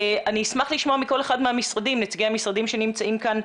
אני אשמח לשמוע מכל אחד מנציגי המשרדים שנמצאים כאן,